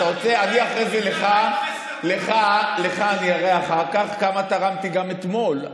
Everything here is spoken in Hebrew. אני אראה לך אחר כך כמה תרמתי גם אתמול,